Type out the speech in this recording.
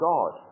God